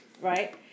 right